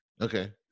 okay